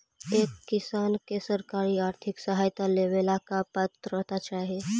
एक किसान के सरकारी आर्थिक सहायता लेवेला का पात्रता चाही?